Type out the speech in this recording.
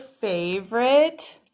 favorite